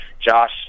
Josh